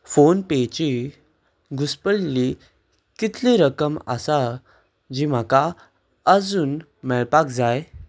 फोनपेची घुस्पल्ली कितली रक्कम आसा जी म्हाका अजून मेळपाक जाय